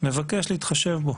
מבקש להתחשב בו.